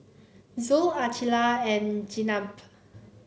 Zul Aqilah and Jenab